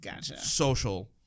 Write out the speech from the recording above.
social